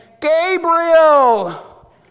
Gabriel